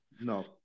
no